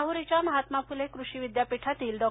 राहुरीच्या महात्मा फुले कृषी विद्यापीठातील डॉ